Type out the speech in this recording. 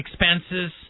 expenses